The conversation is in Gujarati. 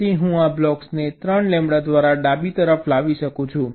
તેથી હું આ બ્લોકને 3 લેમ્બડા દ્વારા ડાબી તરફ લાવી શકું છું